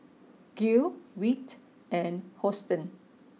Gil Wirt and Hosteen